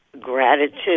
Gratitude